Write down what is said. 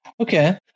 okay